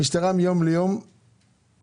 המשטרה מיום ליום מגלה